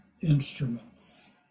instruments